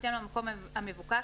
בהתאם למקום המבוקש,